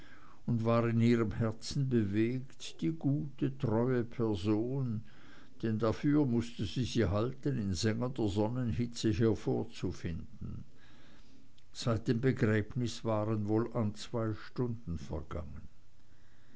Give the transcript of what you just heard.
und war in ihrem herzen bewegt die gute treue person denn dafür mußte sie sie halten in sengender sonnenhitze hier vorzufinden seit dem begräbnis waren wohl an zwei stunden vergangen